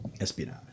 Espionage